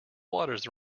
waters